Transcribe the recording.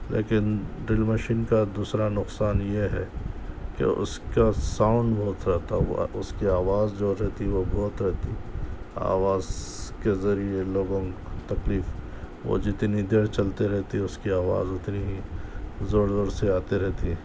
لیکن drill machine کا دوسرا نقصان یہ ہے کہ اس کا ساؤنڈ بہت رہتا اس کی آواز جو رہتی وہ بہت رہتی آواز کے ذریعے لوگوں کو تکلیف وہ جتنی دیر چلتے رہتی ہے اس کی آواز اتنی ہی زور زور سے آتی رہتی ہے